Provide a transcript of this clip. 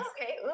Okay